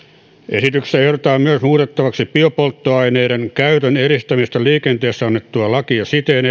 esityksessä ehdotetaan myös muutettavaksi biopolttoaineiden käytön edistämisestä liikenteessä annettua lakia siten